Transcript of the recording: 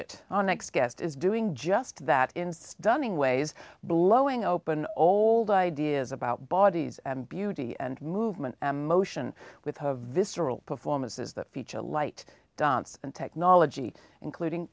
it our next guest is doing just that in stunning ways blowing open old ideas about bodies and beauty and movement motion with her visceral performances that feature light dance and technology including